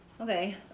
Okay